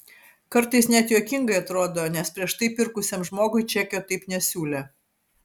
kartais net juokingai atrodo nes prieš tai pirkusiam žmogui čekio taip nesiūlė